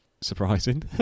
surprising